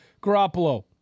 Garoppolo